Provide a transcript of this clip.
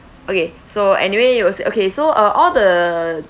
okay so anyway it was okay so uh all the